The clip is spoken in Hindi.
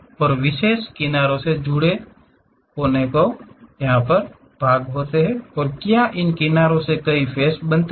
और विशेष किनारों से जुड़े कोने क्या हैं और क्या इन किनारों से कोई फ़ेस बनते हैं